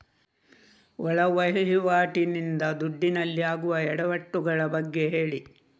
ಒಳ ವಹಿವಾಟಿ ನಿಂದ ದುಡ್ಡಿನಲ್ಲಿ ಆಗುವ ಎಡವಟ್ಟು ಗಳ ಬಗ್ಗೆ ಹೇಳಿ